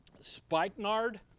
spikenard